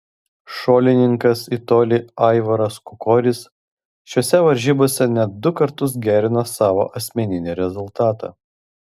šuolininkas į tolį aivaras kukoris šiose varžybose net du kartus gerino savo asmeninį rezultatą